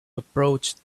approached